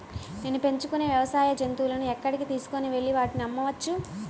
నేను పెంచుకొనే వ్యవసాయ జంతువులను ఎక్కడికి తీసుకొనివెళ్ళి వాటిని అమ్మవచ్చు?